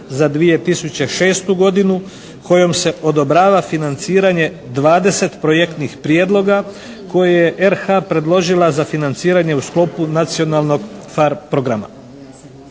za 2006. godinu kojom se odobrava financiranje 20 projektnih prijedloga koje je RH predložila za financiranje u sklopu nacionalnog PHARE programa.